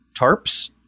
tarps